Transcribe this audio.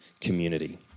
community